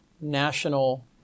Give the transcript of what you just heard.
national